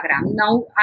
Now